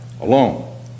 alone